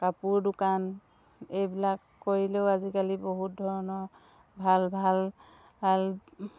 কাপোৰ দোকান এইবিলাক কৰিলেও আজিকালি বহুত ধৰণৰ ভাল ভাল ভাল